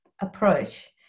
approach